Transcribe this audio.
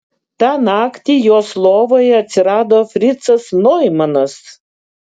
tą naktį jos lovoje atsirado fricas noimanas